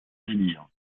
délire